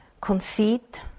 Conceit